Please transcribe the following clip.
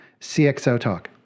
CXOTalk